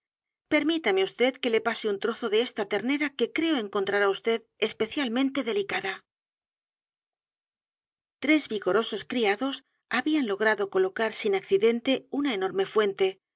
permítame vd que le pase un trozo de esta ternera que creo encontrará vd especialmente delicada tres vigorosos criados habían logrado colocar sin accidente una enorme fuente